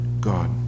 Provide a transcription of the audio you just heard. God